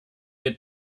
get